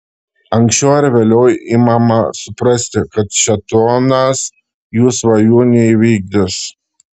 anksčiau ar vėliau imama suprasti kad šėtonas jų svajų neįvykdys